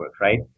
right